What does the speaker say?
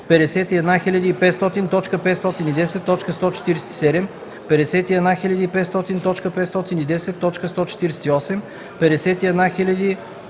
51500.510.146; 51500.510.147; 51500.510.148;